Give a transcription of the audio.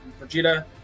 Vegeta